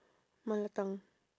mala tang